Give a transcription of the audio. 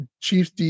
Chiefs